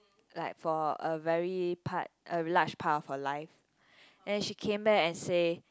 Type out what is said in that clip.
like for a very part a large part of her life and she came back and say